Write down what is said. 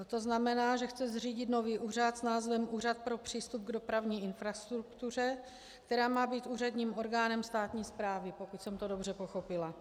To znamená, že chce zřídit nový úřad s názvem Úřad pro přístup k dopravní infrastruktuře, který má být úředním orgánem státní správy, pokud jsem to dobře pochopila.